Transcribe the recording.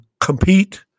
compete